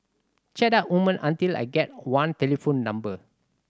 chat up women until I get one telephone number